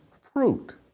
fruit